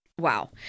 Wow